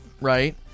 Right